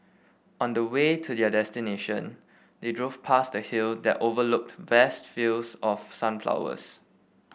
on the way to their destination they drove past a hill that overlooked vast fields of sunflowers